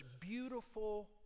beautiful